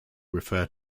refer